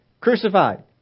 crucified